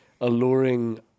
alluring